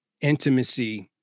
intimacy